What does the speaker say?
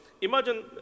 Imagine